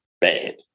bad